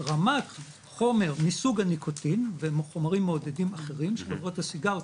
רמת חומר מסוג הניקוטין וחומרים מעודדים אחרים שחברות הסיגריות,